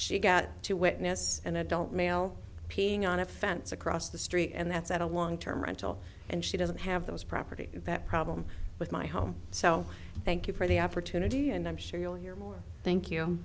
she got to witness an adult male peeing on a fence across the street and that's at a long term rental and she doesn't have those property that problem with my home so thank you for the opportunity and i'm sure you'll hear more thank you